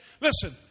listen